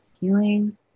healing